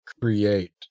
create